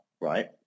right